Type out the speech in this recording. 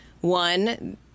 One